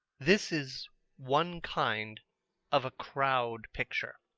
this is one kind of a crowd picture.